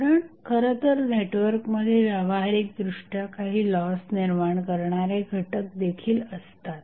कारण खरंतर नेटवर्कमध्ये व्यावहारिकदृष्ट्या काही लॉस निर्माण करणारे घटक देखील असतात